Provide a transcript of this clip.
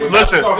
Listen